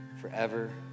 forever